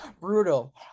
Brutal